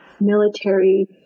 military